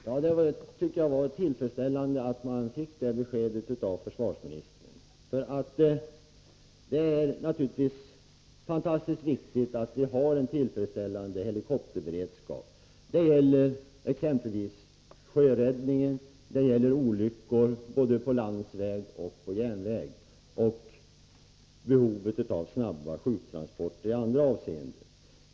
Herr talman! Jag tycker det var tillfredsställande att försvarsministern gav det beskedet. Det är naturligtvis utomordenligt viktigt att vi har en tillfredsställande helikopterberedskap. Det gäller exempelvis sjöräddningen, och det gäller olyckor på både landsväg och järnväg och behovet av snabba sjuktransporter i andra sammanhang.